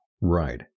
right